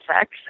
sex